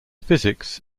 physics